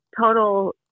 total